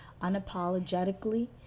unapologetically